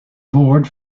board